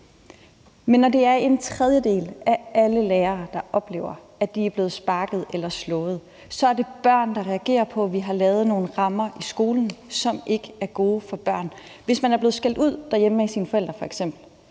Når der er en tredjedel af alle lærere, der oplever, at de er blevet sparket eller slået, er det, fordi der er børn, der reagerer på, at vi har lavet nogle rammer i skolen, som ikke er gode for børn. Hvis man f.eks. er blevet skældt ud derhjemme af sine forældre, har man